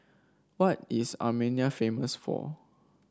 what is Armenia famous for